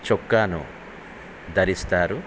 చొక్కాను ధరిస్తారు